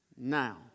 Now